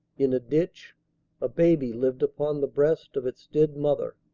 in a ditch a baby lived upon the breast of its dead mother.